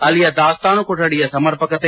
ಅಲ್ಲಿಯ ದಾಸ್ತಾನು ಕೊಠಡಿಯ ಸಮರ್ಪಕತೆ